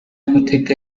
gutega